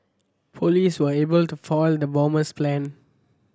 police were able to foil the bomber's plan